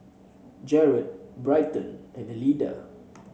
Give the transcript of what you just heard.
Jerad Bryton and Elida